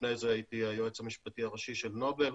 לפני זה הייתי היועץ המשפטי הראשי של נובל,